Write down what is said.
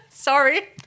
Sorry